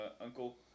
Uncle